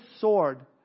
sword